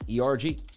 ERG